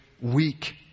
weak